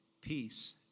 peace